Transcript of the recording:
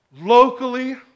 Locally